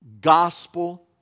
Gospel